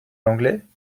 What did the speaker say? l’anglais